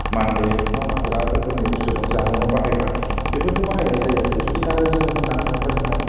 मान्दे नङा होमबा बिराद रोखोमनि बुस्तु दं जामुंआव बाहायग्रा बेफोरखौ बाहायनाय जायो आरोखि जुदि आरो जोङो होन्नानै थाङोबा जोंहा